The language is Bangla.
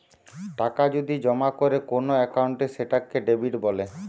টাকা যদি জমা করে কোন একাউন্টে সেটাকে ডেবিট বলে